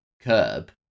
curb